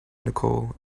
nicole